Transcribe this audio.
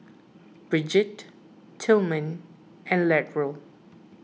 Brigitte Tilman and Latrell